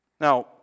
Now